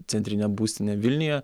centrinę būstinę vilniuje